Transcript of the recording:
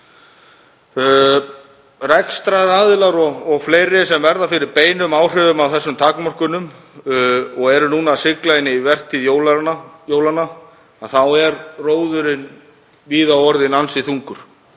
rekstraraðilum og fleirum sem verða fyrir beinum áhrifum af þessum takmörkunum og eru núna að sigla inn í vertíð jólanna er róðurinn víða orðinn ansi þungur.